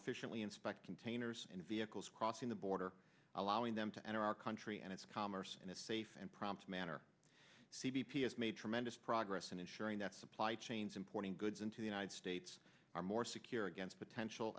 efficiently inspect containers and vehicles crossing the border allowing them to enter our country and its commerce in a safe and prompt manner c b p has made tremendous progress in ensuring that supply chains importing goods into the united states are more secure against potential